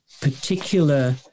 particular